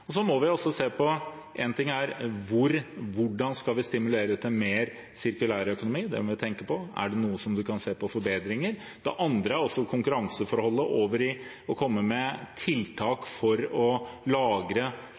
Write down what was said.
Så må vi også se på andre ting, og én ting er hvordan vi skal stimulere til mer sirkulærøkonomi. Det må vi tenke på. Er det noe man kan se på av forbedringer? Det andre er konkurranseforholdet ved å komme med tiltak for å lagre